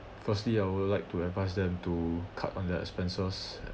firstly I will like to advise them to cut on their expenses